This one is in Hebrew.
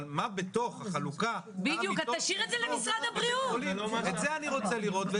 אבל מה בתוך החלוקה את זה אני רוצה לראות.